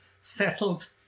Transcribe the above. settled